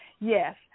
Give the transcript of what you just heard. Yes